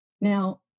Now